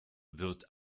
wird